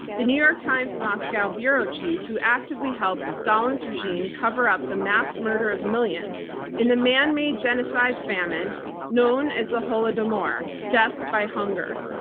the new york times moscow bureau chief who actively helped stalin's regime cover up the mass murder of millions in the manmade genocide famine known as the holodomor death by hunger.